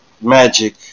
Magic